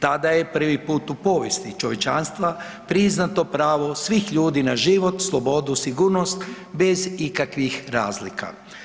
Tada je prvi put u povijesti čovječanstva priznato pravo svih ljudi na život, slobodu, sigurnost bez ikakvih razlika.